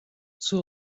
zur